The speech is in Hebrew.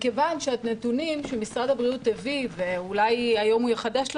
מכיוון שהנתונים שמשרד הבריאות הביא ואולי היום הוא יחדש לנו,